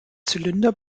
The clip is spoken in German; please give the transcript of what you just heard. zylinder